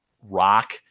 rock